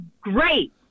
great